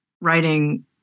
writing